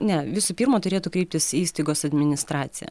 ne visų pirma turėtų kreiptis į įstaigos administraciją